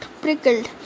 prickled